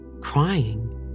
crying